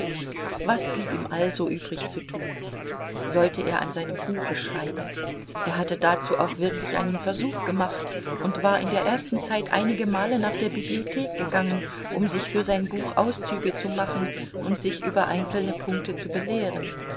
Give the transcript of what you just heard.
was blieb ihm also übrig zu tun sollte er an seinem buche schreiben er hatte dazu auch wirklich einen versuch gemacht und war in der ersten zeit einige male nach der bibliothek gegangen um sich für sein buch auszüge zu machen und sich über einzelne punkte zu belehren